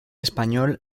español